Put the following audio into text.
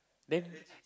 then